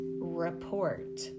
report